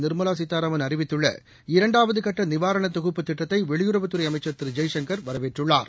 நிர்மலா சீதாராமன் அறிவித்துள்ள இரண்டாவது கட்ட நிவாரண தொகுப்பு திட்டத்தை வெளியுறவுத்துறை அமைச்சா் திரு ஜெய்சங்கள் வரவேற்றுளார்